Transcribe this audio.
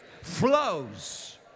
flows